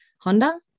Honda